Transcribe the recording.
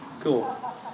Cool